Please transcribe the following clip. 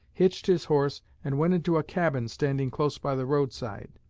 hitched his horse, and went into a cabin standing close by the roadside.